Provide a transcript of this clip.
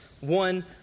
one